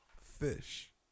fish